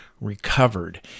recovered